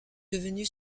devenue